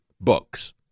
books